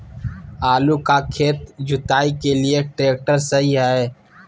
आलू का खेत जुताई के लिए ट्रैक्टर सही है?